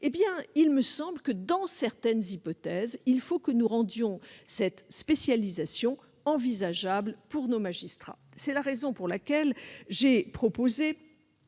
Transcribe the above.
Eh bien, il me semble que nous devons, dans certaines hypothèses, rendre cette spécialisation envisageable pour nos magistrats. C'est la raison pour laquelle j'ai proposé